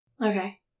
Okay